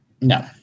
No